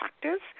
practice